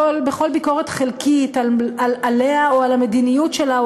בכל ביקורת חלקית עליה או על המדיניות שלה,